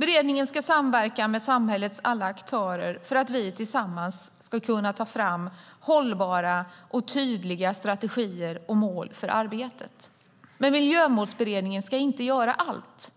Beredningen ska samverka med samhällets alla aktörer för att vi tillsammans ska kunna ta fram hållbara och tydliga strategier och mål för arbetet. Men Miljömålsberedningen ska inte göra allt.